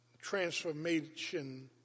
transformation